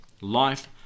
life